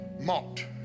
mocked